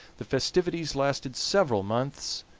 the festivities lasted several months,